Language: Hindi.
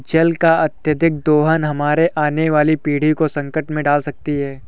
जल का अत्यधिक दोहन हमारे आने वाली पीढ़ी को संकट में डाल सकती है